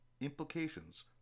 Implications